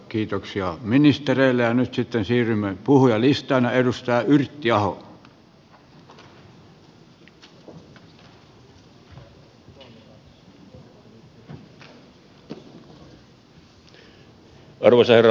kiitoksia ministereillä nyt sitten siirrymme puhelistan arvoisa herra puhemies